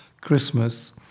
Christmas